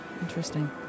Interesting